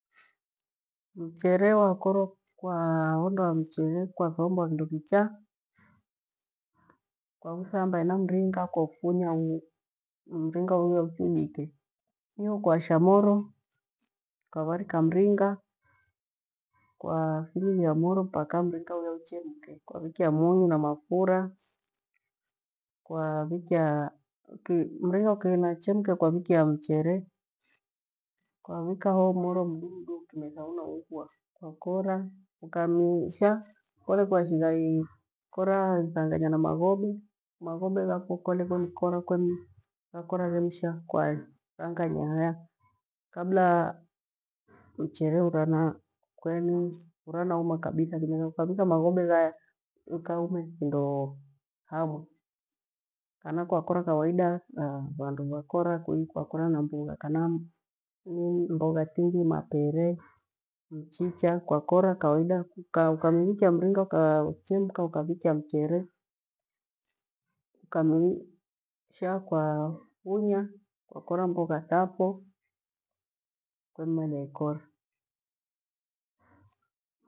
Mchele wakuora kwaundoa mchele kwathombua kindokicha kuaithamba hena mringi kwafunya minga uyauchujike iho kwaashamuro kwa varika mringa kuafililia moro mpaka mringa uya uchemka kwavikia munyu na mafura kwavikia, mringa ukinachemka kwavika mchele, kwavikia ho moro mdu kimetha una ungua kwa kora ukamisha kole kwa shigha ikora ithanganyana maghobe. Maghobe ghofu kole kwemkora ghemsha kuathanganya haya kabra mchele ulanauma kabitha kimitha ukauka maghubo ghaya ghaume kindo hamui kana kwakora kawaida thavandu vakora kiu, kwakora na mbogha, kama mbogha tingi mapere. mchicha, kwakora kawaida ukamivikia mringa ukachemka ukaukia mchere ukamisha kuafunya kuakora mbugha tafo kwemmalia ikora.